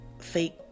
fake